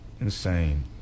Insane